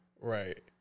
Right